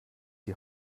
die